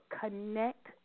connect